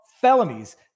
felonies